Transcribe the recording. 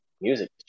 music